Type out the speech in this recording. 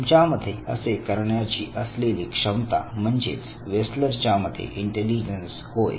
तुमच्यामध्ये असे करण्याची असलेली क्षमता म्हणजेच वेसलर च्या मते इंटेलिजन्स होय